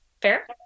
Fair